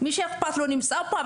מי שאכפת לו נמצא פה,